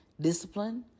Discipline